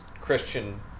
Christian